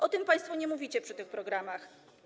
O tym państwo nie mówicie przy tych programach.